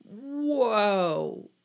Whoa